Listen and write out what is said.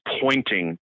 pointing